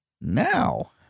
Now